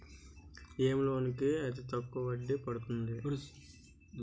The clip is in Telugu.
ఏ లోన్ కి అతి తక్కువ వడ్డీ పడుతుంది?